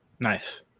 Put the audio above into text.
Nice